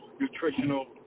nutritional